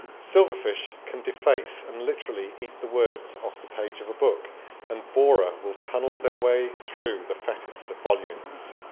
silverfish can deface and literally eat the words off the page of a book and borer will tunnel their way through the fattest volumes